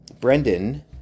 Brendan